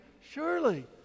surely